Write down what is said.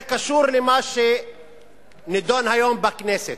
זה קשור למה שנדון היום בכנסת.